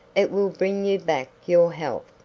it will bring you back your health.